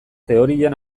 teorian